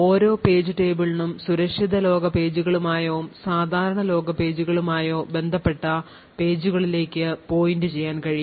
ഓരോ പേജ് tableനും സുരക്ഷിത ലോക പേജുകളുമായോ സാധാരണ ലോക പേജുകളുമായോ ബന്ധപ്പെട്ട പേജുകളിലേക്ക് പോയിന്റ് ചെയ്യാൻ കഴിയും